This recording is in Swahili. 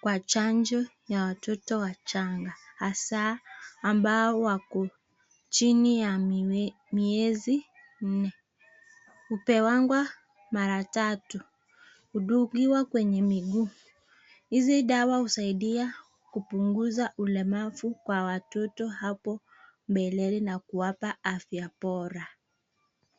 kwa chanjo ya watoto wachanga hasa watoto wako chini ya miezi nne hupewangwa mara tatu, hudungiwa kwenye miguu, hizi dawa husaidia kupunguza ulemavu kwa watoto hapo mbeleni na kuwapa afya bora